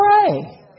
pray